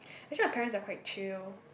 actually my parents are quite chill